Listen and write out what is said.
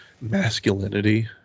masculinity